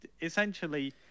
essentially